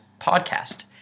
podcast